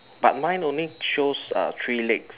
but mine only shows uh three legs